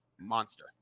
monster